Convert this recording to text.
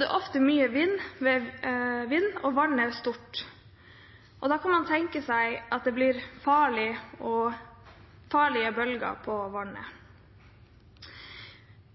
Det er ofte mye vind, og vannet er stort, og da kan man tenke seg at det blir farlige bølger på vannet.